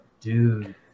dude